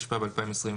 תשפ"ב-2022.